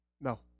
No